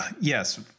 Yes